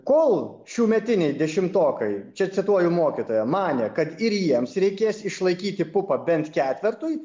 kol šiųmetiniai dešimtokai čia cituoju mokytoją manė kad ir jiems reikės išlaikyti pupą bent ketvertui